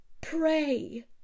Pray